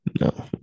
No